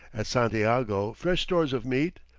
at santiago fresh stores of meat,